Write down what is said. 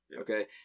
okay